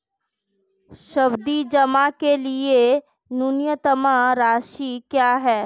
सावधि जमा के लिए न्यूनतम राशि क्या है?